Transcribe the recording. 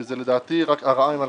שזה לדעתי הרעה עם הלקוחות.